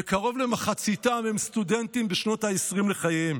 וקרוב למחציתם הם סטודנטים בשנות העשרים לחייהם.